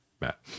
Matt